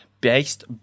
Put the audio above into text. based